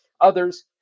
others